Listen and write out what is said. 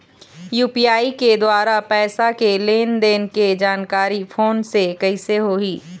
UPI के द्वारा पैसा के लेन देन के जानकारी फोन से कइसे होही?